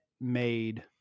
made